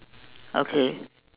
okay